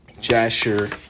Jasher